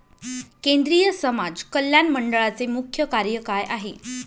केंद्रिय समाज कल्याण मंडळाचे मुख्य कार्य काय आहे?